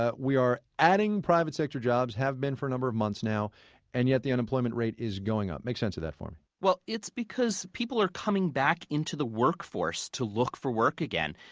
ah we are adding private sector jobs, have been for a number of months now and yet the unemployment rate is going up. make sense of that for me well, it's because people are coming back into the workforce to look for work again.